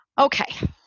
Okay